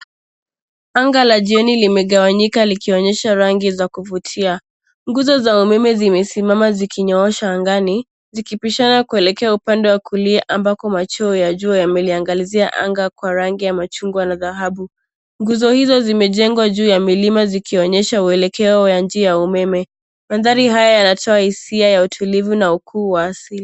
Anga la jioni limegawanyika likionyesha rangi za kuvutia. Nguzo za umeme zimesimama zikinyoosha angani, zikipishana kuelekea upande wa kulia ambako machweo ya jua yameliangalizia anga kwa rangi ya machungwa na dhahabu. Nguzo hizo zimejengwa juu ya milima zikionyesha uelekeo wa njia ya umeme. Mandhari haya yanatoa hisia ya utulivu na ukuu wa asili.